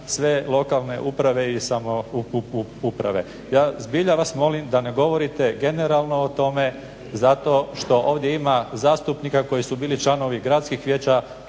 sve lokalne uprave i samouprave. Ja zbilja vas molim da ne govorite generalno o tome zato što ovdje ima zastupnika koji su bili članovi gradskih vijeća,